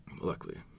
Luckily